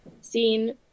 Seen